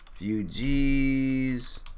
Refugees